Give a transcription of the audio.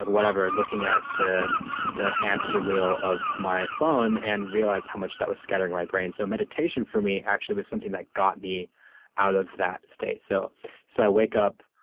whatever, looking at the the hamster wheel of my phone, and realized how much that was scattering my brain. so meditation, for me, actually was something that got me out of that state. so so i wake up,